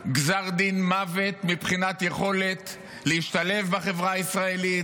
גזר דין מוות מבחינת יכולת להשתלב בחברה הישראלית,